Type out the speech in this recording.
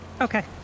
okay